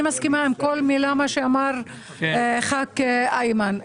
אני מסכימה עם כל מילה שאמר חבר הכנסת איימן.